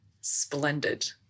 splendid